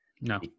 no